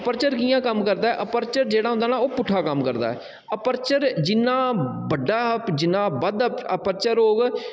aperture कियां कम्म करदा ऐ अपर्चर जेह्ड़ा होंदा ना ओह् पुट्ठा कम्म करदा ऐ अपर्चर जिन्ना बड्डा जिन्ना बद्ध अपर्चर होग